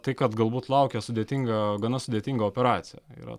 tai kad galbūt laukia sudėtinga gana sudėtinga operacija yra